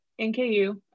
NKU